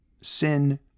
sin